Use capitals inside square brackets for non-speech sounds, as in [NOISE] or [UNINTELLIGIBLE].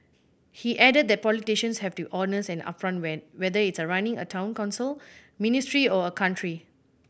he added that politicians have to honest and upfront [UNINTELLIGIBLE] whether it running a Town Council ministry or country